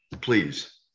please